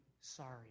sorry